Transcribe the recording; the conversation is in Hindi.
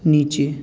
नीचे